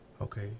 okay